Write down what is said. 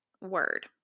word